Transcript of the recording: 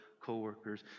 coworkers